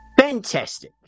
Fantastic